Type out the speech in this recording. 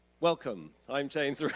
welcome, i'm james.